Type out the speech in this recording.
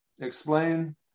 explain